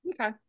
okay